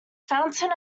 fountain